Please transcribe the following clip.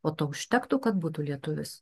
o to užtektų kad būtų lietuvis